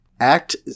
act